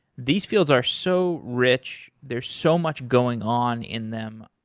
these fields are so rich. there's so much going on in them.